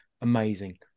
amazing